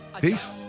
peace